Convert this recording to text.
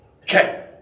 Okay